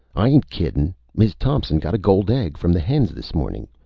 i ain't kidding. miz thompson got a gold egg from the hens this morning.